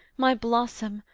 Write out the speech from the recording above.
my blossom,